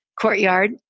courtyard